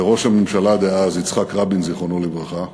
לראש הממשלה דאז, יצחק רבין, זיכרונו לברכה,